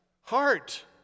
heart